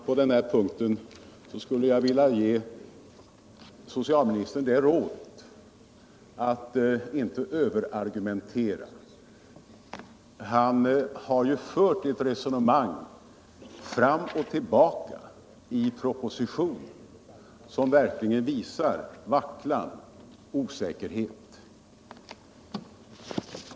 På den här punkten skulle jag vilja ge socialministern rådet att inte överargumentera. Han har ju i propositionen fört sitt resonemang fram och tillbaka på ett sätt som verkligen visar vacklan och osäkerhet.